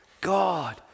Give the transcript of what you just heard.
God